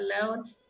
alone